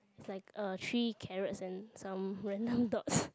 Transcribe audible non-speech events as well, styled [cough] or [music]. is like uh three carrots and some random dots [noise]